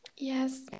Yes